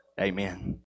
amen